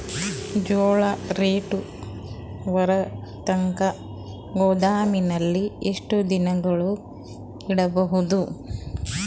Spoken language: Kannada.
ಜೋಳ ರೇಟು ಬರತಂಕ ಗೋದಾಮಿನಲ್ಲಿ ಎಷ್ಟು ದಿನಗಳು ಯಿಡಬಹುದು?